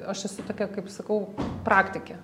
aš esu tokia kaip sakau praktikė